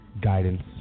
guidance